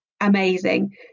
amazing